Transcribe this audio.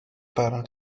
barn